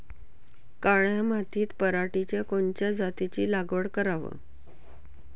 काळ्या मातीत पराटीच्या कोनच्या जातीची लागवड कराव?